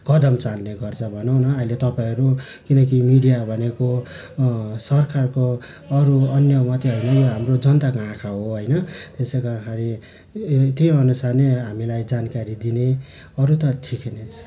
कदम चाल्ने गर्छ भनौँ न अहिले तपाईँहरू किनकि मिडिया भनेको सरकारको अरू अन्य मात्रै होइन हाम्रो जनताको आँखा हो होइन त्यसैले गर्दाखेरि त्यहीअनुसार नै हामीलाई जानकारी दिने अरू त ठिकै नै छ